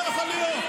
לא יכול להיות.